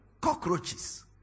cockroaches